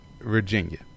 Virginia